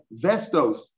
Vestos